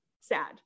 Sad